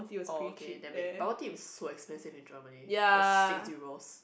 oh okay that make bubble tea was so expensive in Germany it was six Euros